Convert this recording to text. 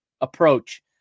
approach